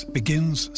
begins